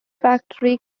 factory